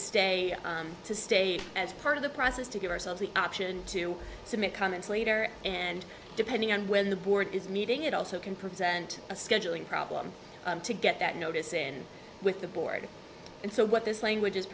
stay to stay as part of the process to give ourselves the option to submit comments later and depending on when the board is meeting it also can present a scheduling problem to get that notice in with the board and so what this language is